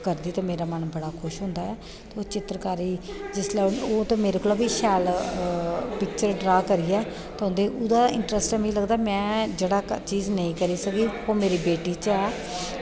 करदी ते मेरा मन बड़ा खुश होंदा ते चित्तरकारी ओह् मेरे कशा बी शैल ड्रा करियै ओह्दा इंटरस्ट ऐ कि में जेह्ड़ी चीज़ ऐ ओह् नेईं करी सकदी ओह् मेरी बेटी च ऐ